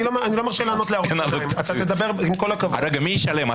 מי ישלם?